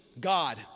God